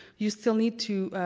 you still need to,